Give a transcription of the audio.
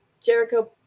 jericho